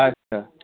আচ্ছা